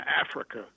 Africa